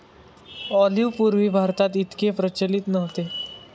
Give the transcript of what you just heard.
olive पूर्वी भारतात इतके प्रचलित नव्हते